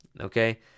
Okay